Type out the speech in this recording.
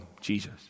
Jesus